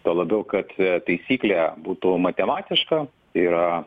tuo labiau kad taisyklė būtų matematiška tai yra